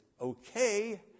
okay